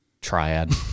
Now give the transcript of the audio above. triad